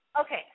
Okay